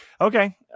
Okay